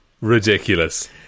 Ridiculous